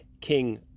king